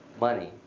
money